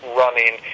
running